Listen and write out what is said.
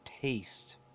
taste